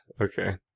okay